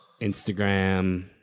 Instagram